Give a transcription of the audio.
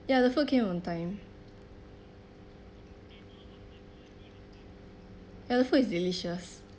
ya the food came on time ya the food is delicious